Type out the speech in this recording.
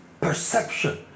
Perception